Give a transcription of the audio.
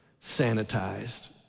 sanitized